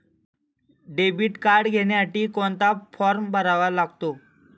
Debit card घेण्यासाठी कोणता form भरावा लागतो?